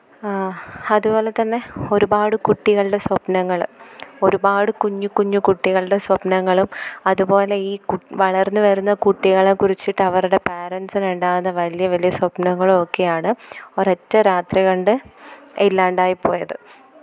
അതുപോലെത്തന്നെ ഒരുപാട് കുട്ടികളുടെ സ്വപ്നങ്ങൾ ഒരുപാട് കുഞ്ഞു കുഞ്ഞ് കുട്ടികളുടെ സ്വപ്നങ്ങളും അതുപോലെ ഈ വളര്ന്ന് വരുന്ന കുട്ടികളെക്കുറിച്ചിട്ട് അവരുടെ പാരന്സിന് ഉണ്ടാവുന്ന വലിയ വലിയ സ്വപ്നങ്ങളും ഒക്കെയാണ് ഒരൊറ്റ രാത്രി കൊണ്ട് ഇല്ലാണ്ടായിപ്പോയത്